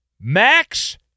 Max